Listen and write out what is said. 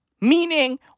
meaning